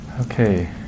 Okay